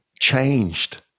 changed